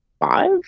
five